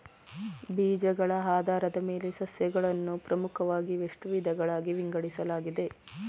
ಬೀಜಗಳ ಆಧಾರದ ಮೇಲೆ ಸಸ್ಯಗಳನ್ನು ಪ್ರಮುಖವಾಗಿ ಎಷ್ಟು ವಿಧಗಳಾಗಿ ವಿಂಗಡಿಸಲಾಗಿದೆ?